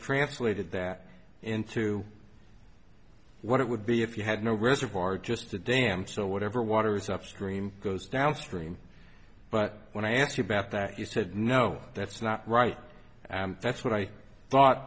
translated that into what it would be if you had no reservoir just a dam so whatever waters upstream goes downstream but when i asked you about that you said no that's not right that's what i thought